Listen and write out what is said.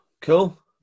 Cool